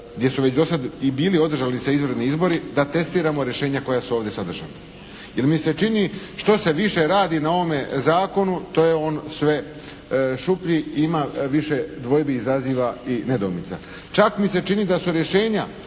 gdje su već dosad i bili održali se izravni izbori da testiramo rješenja koja su ovdje sadržana, jer mi se čini što se više radi na ovome zakonu to je on sve šuplji i ima više dvojbi izaziva i nedoumica. Čak mi se čini da su rješenja